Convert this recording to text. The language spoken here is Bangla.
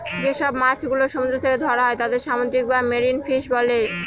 যেসব মাছ গুলো সমুদ্র থেকে ধরা হয় তাদের সামুদ্রিক বা মেরিন ফিশ বলে